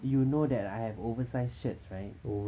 you know that I have oversized shirts right